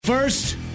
First